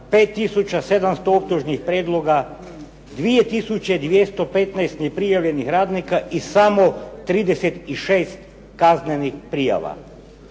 5700 optužnih prijedloga, 2215 neprijavljenih radnika i samo 36 kaznenih prijava.